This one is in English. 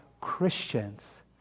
Christians